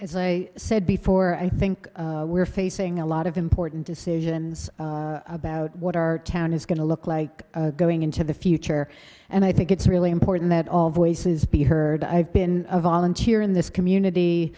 as a said before i think we're facing a lot of important decisions about what our town is going to look like going into the future and i think it's really important that all voices be heard i've been a volunteer in this community